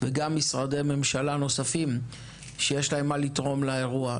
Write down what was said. ומשרדי ממשלה נוספים שיש להם מה לתרום לאירוע.